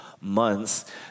months